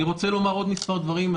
אני רוצה לומר עוד מספר דברים.